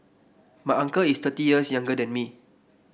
my uncle is thirty years younger than me